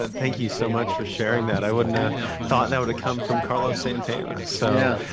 ah thank you so much for sharing that. i wouldn't have thought that would come from carlos santana. so,